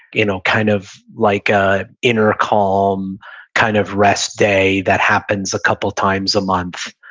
you know kind of like a inner calm kind of rest day that happens a couple times a month,